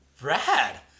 Brad